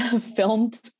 filmed